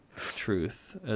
truth